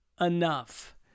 enough